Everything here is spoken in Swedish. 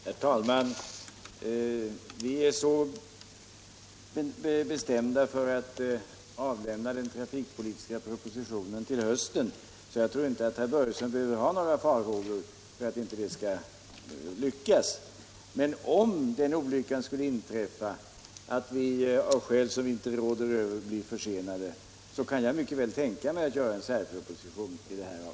Herr talman! Vi avser så bestämt att avlämna den trafikpolitiska propositionen till hösten att jag inte tror att herr Börjesson behöver hysa några farhågor för att detta inte skall lyckas oss. Men om den olyckan ändå skulle inträffa att den — av skäl som vi inte råder över — skulle bli försenad, kan jag mycket väl tänka mig att avge en särproposition i frågan.